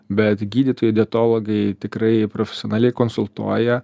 bet gydytojai dietologai tikrai profesionaliai konsultuoja